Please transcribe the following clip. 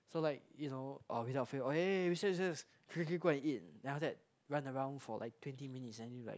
so like you know uh without fail eh recess recess quickly go and eat then after that run around for like twenty minutes and you like